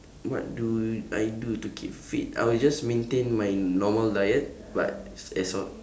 what do I do to keep fit I will just maintain my normal diet but as as of